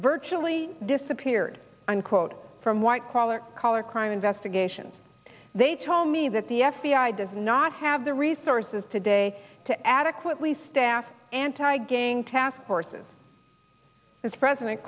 virtually disappeared unquote from white collar collar crime investigations they told me that the f b i does not have the resources today to adequately staff anti gang task forces as president